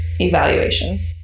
evaluation